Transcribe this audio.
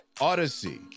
odyssey